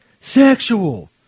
sexual